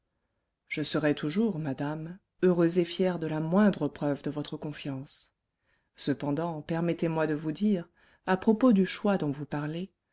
je serai toujours madame heureux et fier de la moindre preuve de votre confiance cependant permettez-moi de vous dire à propos du choix dont vous parlez